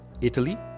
Italy